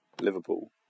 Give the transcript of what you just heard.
Liverpool